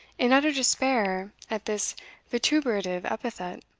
in utter despair at this vituperative epithet.